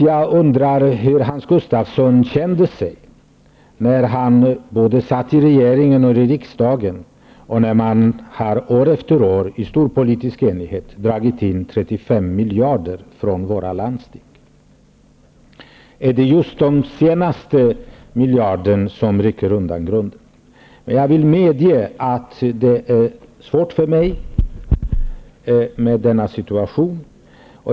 Jag undrar hur Hans Gustafsson kände sig när han satt i regeringen resp. riksdagen, när man år efter år i stor politisk enighet drog in 35 miljarder från våra landsting. Är det den senaste miljarden som rycker undan grunden? Jag vill medge att det är svårt för mig med denna situation.